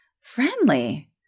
friendly